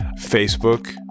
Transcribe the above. Facebook